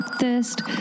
thirst